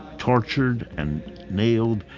tortured and nailed,